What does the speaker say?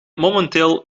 momenteel